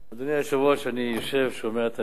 אדוני היושב-ראש, אני יושב, שומע את הנאומים.